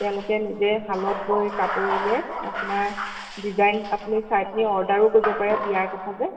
তেওঁলোকে নিজে শালত বৈ কাপোৰ উলিয়াই আপোনাৰ ডিজাইন আপুনি চাই পেনি অৰ্ডাৰৰো কৰিব পাৰে বিয়াৰ কথা যে